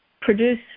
produce